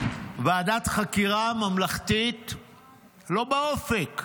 ועדת חקירה ממלכתית לא באופק,